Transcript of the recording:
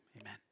amen